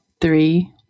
three